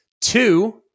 Two